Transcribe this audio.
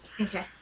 Okay